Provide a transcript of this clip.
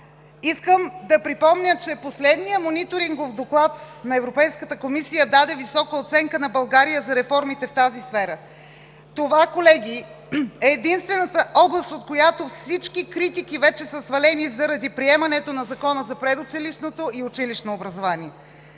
Искам да припомня, че последният Мониторингов доклад на Европейската комисия даде висока оценка на България за реформите в тази сфера. Това колеги, е единствената област, от която всички критики вече са свалени заради приемането на Закона за предучилищното и училищно образование.